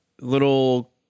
little